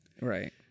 right